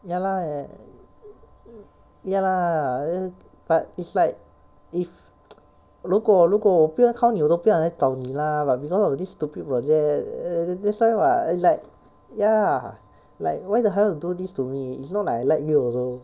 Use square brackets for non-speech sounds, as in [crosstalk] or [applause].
ya lah ya lah but it's like if [noise] 如果如果我不要靠你我都不要来找你 lah but because of this stupid project that's why [what] like ya like why the hell you do this to me is not like I like you also